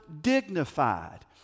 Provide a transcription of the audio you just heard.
dignified